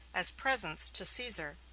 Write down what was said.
as presents to caesar.